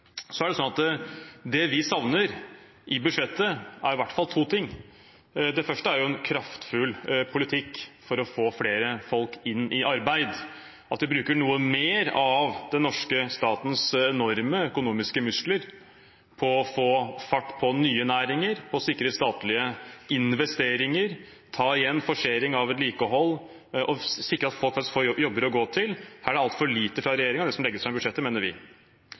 første er en kraftfull politikk for å få flere folk inn i arbeid, at vi bruker noe mer av den norske statens enorme økonomiske muskler på å få fart på nye næringer, på å sikre statlige investeringer, på forsering av vedlikehold og å sikre at folk faktisk får jobber å gå til. Her er det altfor lite av fra regjeringen i det som legges fram i budsjettet, mener vi.